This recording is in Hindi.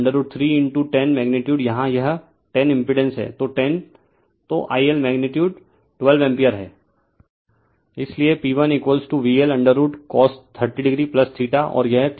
तो √3 10 मैग्नीटीयूड यहाँ यह 10 इम्पिड़ेंस है 10तो IL मैग्नीटीयूड 12 एम्पीयर है